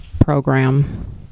program